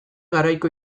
garaiko